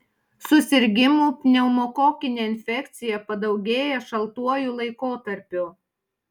susirgimų pneumokokine infekcija padaugėja šaltuoju laikotarpiu